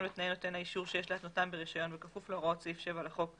ותנאי נותן האישור שיש להתנותם ברישיון בכפוף להוראות סעיף 7 לחוק,